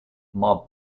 mob